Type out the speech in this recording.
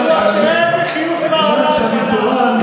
אני אתן לכם לדבר על הסכמות.